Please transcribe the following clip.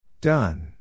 Done